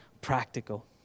practical